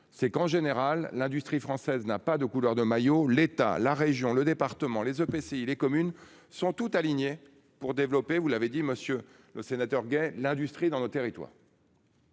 c'est qu'en général l'industrie française n'a pas de couleur de maillot. L'état, la région, le département les EPCI les communes sont toutes alignées pour développer, vous l'avez dit, monsieur le sénateur gay l'industrie dans le territoire.